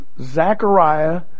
Zechariah